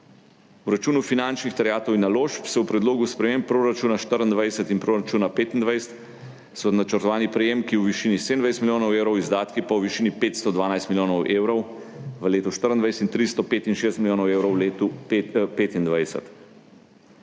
V računu finančnih terjatev in naložb so v predlogu sprememb proračuna 2024 in proračuna 2025 načrtovani prejemki v višini 27 milijonov evrov, izdatki pa v višini 512 milijonov evrov v letu 2024 in 365 milijonov evrov v letu 2025.